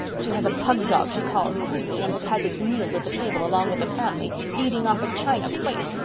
she has a pug dog she calls queenie and it has its meals at the table along with the family, eating off a china plate.